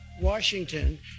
Washington